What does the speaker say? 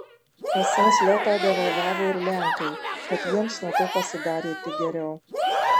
esą zlotą devalvavo ir lenkai tad jiems nuo to pasidarė tik geriau